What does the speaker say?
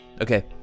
okay